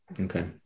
Okay